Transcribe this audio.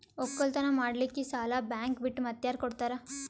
ಒಕ್ಕಲತನ ಮಾಡಲಿಕ್ಕಿ ಸಾಲಾ ಬ್ಯಾಂಕ ಬಿಟ್ಟ ಮಾತ್ಯಾರ ಕೊಡತಾರ?